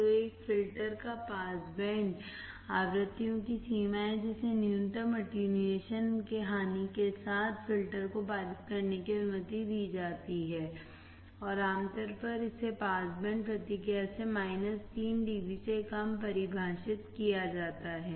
तो एक फ़िल्टर का पास बैंड आवृत्तियों की सीमा है जिसे न्यूनतम अटेन्युएशॅन हानि के साथ फ़िल्टर को पारित करने की अनुमति दी जाती है और आमतौर पर इसे पास बैंड प्रतिक्रिया से 3 डीबी से कम परिभाषित किया जाता है